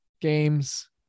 games